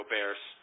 Bears